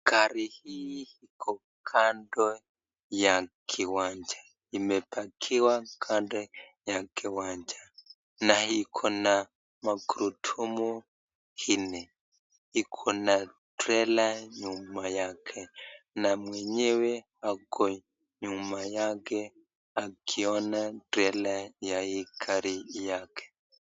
Gari hii iko kando ya kiwanja, imepakiwa kando ya kiwanja na iko na magurudumu nne, iko na trela nyuma yake na mwenyewe ako nyuma yake akiona trela ya hii gari yake.